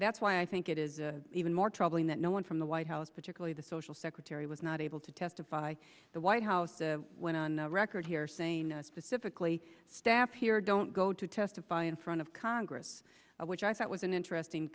that's why i think it is even more troubling that no one from the white house particularly the social secretary was not able to testify the white house went on record here saying specifically staff here don't go to testify in front of congress which i thought was an interesting